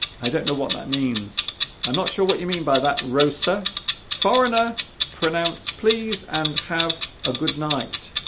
i don't know what that means i'm not sure what you mean by that ro sir foreigner pronounce please and have a good night